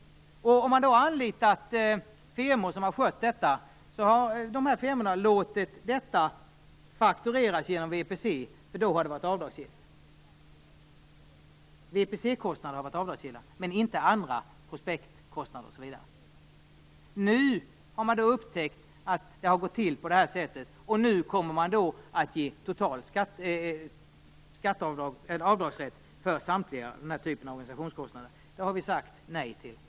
Om man då har anlitat firmor som har skött detta har dessa firmor låtit detta faktureras genom VPC, eftersom det då har varit avdragsgillt. VPC-kostnader har varit avdragsgilla men inte t.ex. prospektkostnader. Nu har man då upptäckt att det har gått till på detta sätt, och nu kommer man att ge total avdragsrätt för samtliga sådana organisationskostnader. Det har vi sagt nej till.